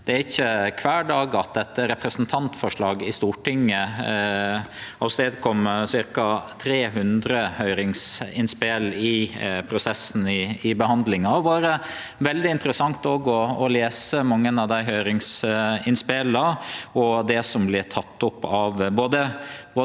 Det er ikkje kvar dag at eit representantforslag i Stortinget fører til ca. 300 høyringsinnspel i prosessen i behandlinga. Det har vore veldig interessant å lese mange av dei høyringsinnspela og det som har vorte teke opp av både